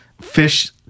Fish